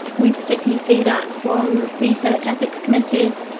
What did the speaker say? we particularly see that from research ethics committees,